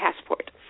passport